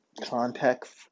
context